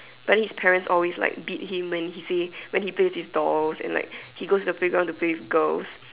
but then his parents always like him when he plays with these dolls and he goes to the playground and play with these girls